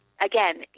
Again